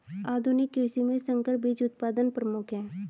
आधुनिक कृषि में संकर बीज उत्पादन प्रमुख है